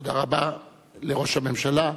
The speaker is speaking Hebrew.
תודה רבה לראש הממשלה.